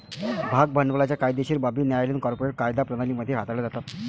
भाग भांडवलाच्या कायदेशीर बाबी न्यायालयीन कॉर्पोरेट कायदा प्रणाली मध्ये हाताळल्या जातात